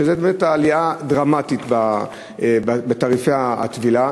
וזו באמת עלייה דרמטית בתעריפי הטבילה.